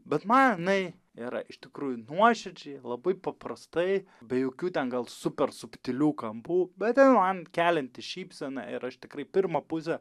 bet man jinai yra iš tikrųjų nuoširdžiai labai paprastai be jokių ten gal super subtilių kampų bet jin man kelianti šypseną ir aš tikrai pirmą pusę